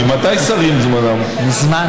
ממתי שרים, זמנם, מזמן.